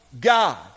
God